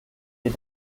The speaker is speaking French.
est